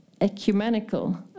ecumenical